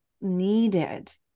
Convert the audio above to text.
needed